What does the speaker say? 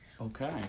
okay